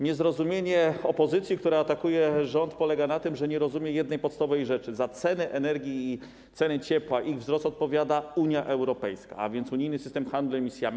Niezrozumienie opozycji, która atakuje rząd, polega na tym, że nie rozumie jednej podstawowej rzeczy: za cenę energii i cenę ciepła, za ich wzrost odpowiada Unia Europejska, a więc unijny system handlu emisjami.